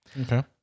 Okay